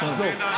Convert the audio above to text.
עזוב,